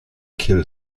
killed